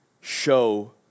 show